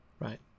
right